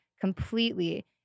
completely